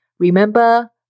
Remember